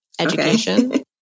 education